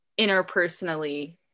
interpersonally